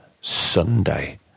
Sunday